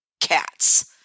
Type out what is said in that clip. cats